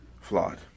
flawed